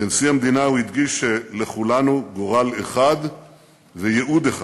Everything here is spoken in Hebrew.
כנשיא המדינה הוא הדגיש שלכולנו גורל אחד וייעוד אחד.